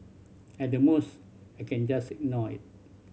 at the most I can just ignore it